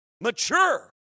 Mature